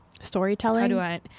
Storytelling